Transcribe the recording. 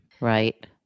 Right